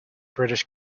british